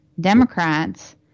democrats